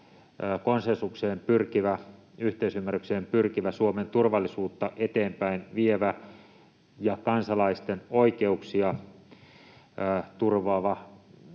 konsensukseen pyrkivä, yhteisymmärrykseen pyrkivä, Suomen turvallisuutta eteenpäin vievä ja kansalaisten oikeuksia turvaava